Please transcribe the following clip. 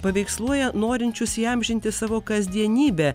paveiksluoja norinčius įamžinti savo kasdienybę